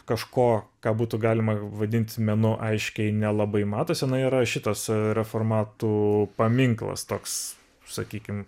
kažko ką būtų galima vadinti menu aiškiai nelabai matosi yra šitas reformatų paminklas toks sakykim